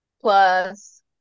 plus